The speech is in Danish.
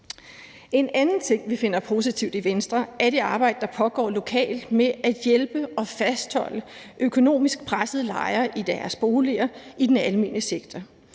En anden ting, vi finder positivt i Venstre, er det arbejde, der pågår lokalt med at hjælpe og fastholde økonomisk pressede lejere i deres boliger i den almene sektor.